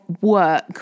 work